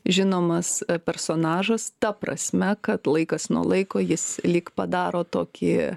žinomas personažas ta prasme kad laikas nuo laiko jis lyg padaro tokį